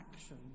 action